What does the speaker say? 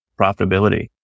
profitability